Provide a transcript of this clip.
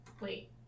Wait